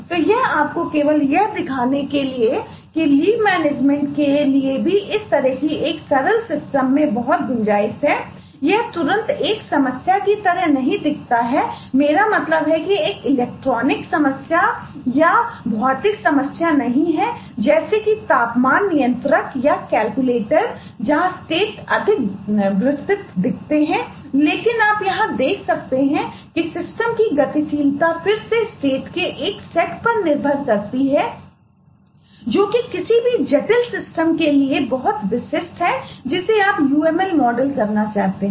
तो यह आपको केवल यह दिखाने के लिए है कि लीव मैनेजमेंट के एक सेट पर निर्भर करती है जो कि किसी भी जटिल सिस्टम के लिए बहुत विशिष्ट है जिसे आप uml मॉडल करना चाहते हैं